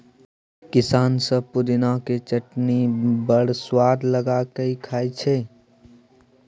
किसान सब पुदिनाक चटनी बड़ सुआद लगा कए खाइ छै